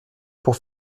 pour